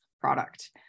product